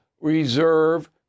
reserve